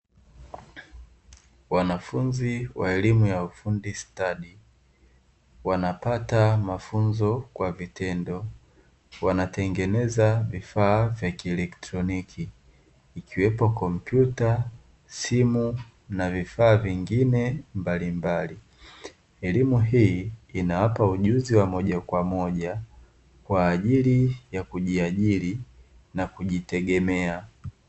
Wanafunzi wa elimu ya ufundi stadi, wanapata mafunzo kwa vitendo. Wanatengeneza vifaa vya kielektroniki, ikiwemo; kompyuta, simu na vifaa vingine mbalimbali. Elimu hii inawapa ujuzi wa moja kwa moja kwa ajili ya kujiajiri na kujitegemea.